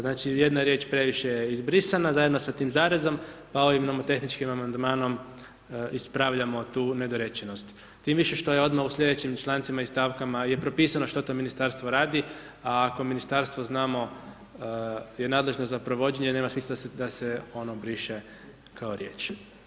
Znači jedna riječ je previše izbrisana, zajedno sa tim zarezom, pa ovim nomo tehničkim amandmanom ispravljamo tu nedorečenost, tim više što je odmah u slijedećim člancima i stavkama je propisano što to ministarstvo rada, a ako ministarstvo znamo je nadležno za provođenje nema smisla da se ono briše kao riječ.